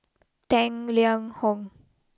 Tang Liang Hong